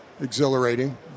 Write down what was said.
exhilarating